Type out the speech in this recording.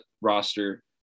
roster